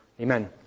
amen